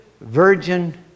virgin